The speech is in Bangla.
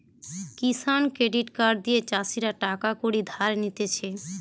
কিষান ক্রেডিট কার্ড দিয়ে চাষীরা টাকা কড়ি ধার নিতেছে